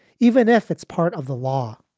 even if it's part of the law.